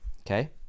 okay